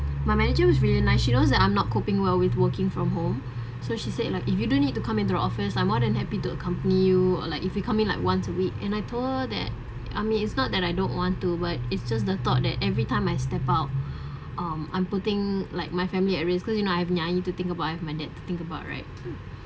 my manager was really nice she knows that I'm not coping well with working from home so she said like if you don't need to come into the office I'm more than happy to accompany you or like if you call me like once a week and I told her that I mean it's not that I don't want to work it's just the thought that every time I step out um I'm putting like my family at risk so you know I've been naive to think about I've my dad to think about right